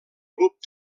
grup